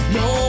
no